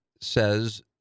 says